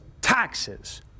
taxes